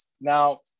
now